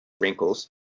wrinkles